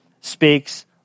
speaks